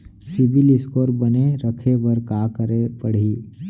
CIBIL score बने रखे बर का करे पड़ही?